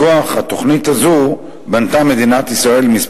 מכוח התוכנית הזו בנתה מדינת ישראל כמה